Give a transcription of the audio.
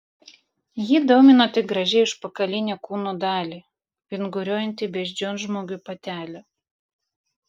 jį domino tik gražiai užpakalinę kūno dalį vinguriuojanti beždžionžmogių patelė